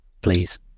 please